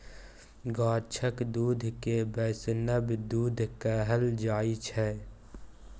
गाछक दुध केँ बैष्णव दुध कहल जाइ छै